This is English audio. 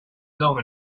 blown